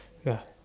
ya